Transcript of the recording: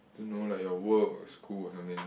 I don't know like your work or your school or something